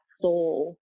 soul